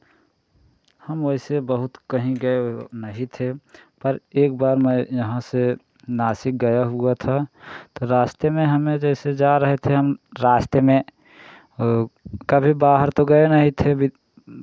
हम वैसे बहुत कहीं गए ओए नहीं थे पर एक बार मैं यहाँ से नासिक गया हुआ था तो रास्ते में हमें जैसे जा रहे थे हम रास्ते में वो कभी बाहर तो गए नहीं थे